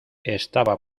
estaba